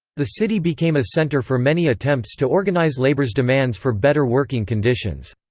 the city became a center for many attempts to organize labor's demands for better working conditions.